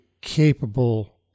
capable